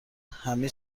همه